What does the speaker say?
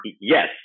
Yes